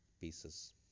pieces